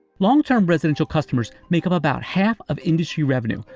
long-term residential customers make up about half of industry revenue,